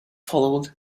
followed